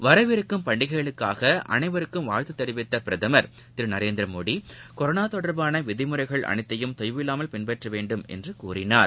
வரவிருக்கும் பண்டிகைகளுக்காக அனைவருக்கும் வாழ்த்து தெரிவித்த பிரதமர் திரு நரேந்திரமோடி கொரோனா தொடர்பான விதிமுறைகள் அனைத்தையும் தொய்வில்லாமல் பின்பற்ற வேண்டும் என்றும் கூறினார்